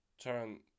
turn